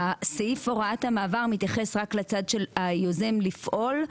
סעיף הוראת המעבר מתייחס רק לצד של היוזם לפעול,